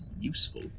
useful